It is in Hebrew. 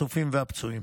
החטופים והפצועים.